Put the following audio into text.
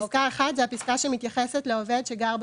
זאת טעות, ולא צריך להוסיף.